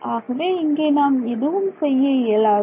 ஆகவே இங்கே நாம் எதுவும் செய்ய இயலாது